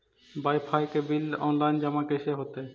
Wifi के bill online जमा कैसे होतै?